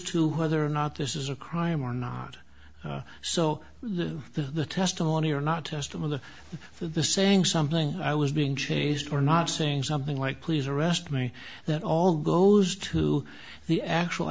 to whether or not this is a crime or not so the testimony or not just of the for the saying something i was being chased for not saying something like please arrest me that all goes to the actual